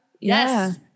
Yes